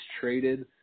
traded